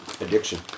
addiction